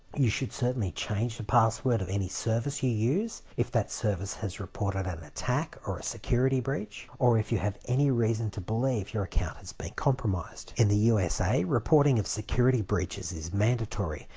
you should certainly change the password of any service you use if that service has reported an attack or ah security breach or if you have any reason to believe your account has been compromised. in the usa reporting of security breaches is mandatory,